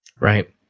Right